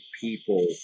people